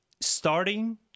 starting